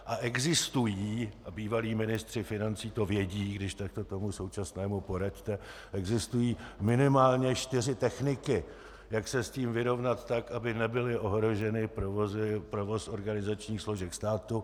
A existují, bývalí ministři financí to vědí, když tak to tomu současnému poraďte, existují minimálně čtyři techniky, jak se s tím vyrovnat tak, aby nebyl ohrožen provoz organizačních složek státu.